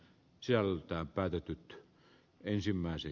sieltä päätetyt ensimmäisen